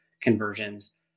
conversions